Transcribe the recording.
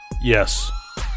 Yes